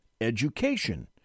education